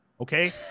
Okay